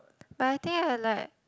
but I think I like